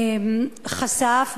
סליחה, התבלבלתי.